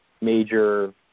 major